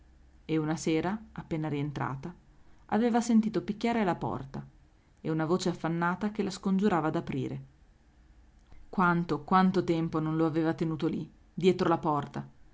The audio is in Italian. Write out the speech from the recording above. e una sera appena rientrata aveva sentito picchiare alla porta e una voce affannata che la scongiurava d'aprire quanto quanto tempo non lo aveva tenuto lì dietro la porta